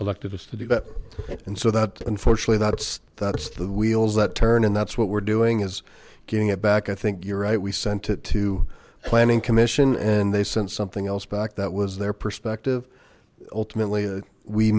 that and so that unfortunately that's that's the wheels that turn and that's what we're doing is getting it back i think you're right we sent it to planning commission and they sent something else back that was their perspective ultimately we